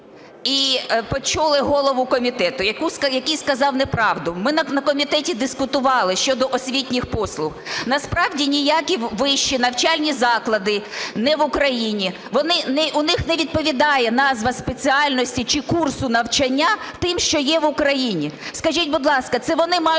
і почули голову комітету, який сказав неправду. Ми на комітеті дискутували щодо освітніх послуг. Насправді ніякі вищі навчальні заклади не в Україні, в них не відповідає назва спеціальності чи курсу навчання тим, що є в Україні. Скажіть, будь ласка, це вони мають